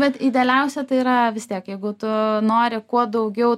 bet idealiausia tai yra vis tiek jeigu tu nori kuo daugiau